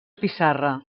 pissarra